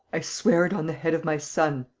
i swear it on the head of my son.